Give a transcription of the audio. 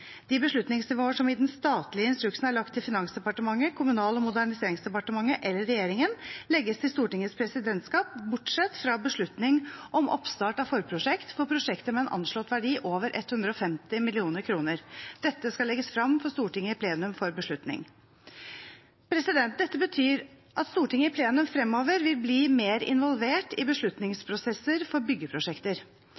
De beslutningsnivåer som i den statlige instruksen er lagt til Finansdepartementet, Kommunal- og moderniseringsdepartementet eller regjeringen, legges til Stortingets presidentskap, bortsett fra beslutning om oppstart av forprosjekt for prosjekter med en anslått verdi over 150 mill. kr. Dette skal legges frem for Stortinget i plenum for beslutning. Dette betyr at Stortinget i plenum fremover vil bli mer involvert i